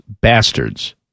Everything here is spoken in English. bastards